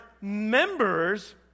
members